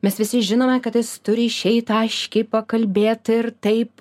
mes visi žinome kad jis turi išeit aiškiai pakalbėti ir taip